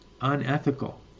unethical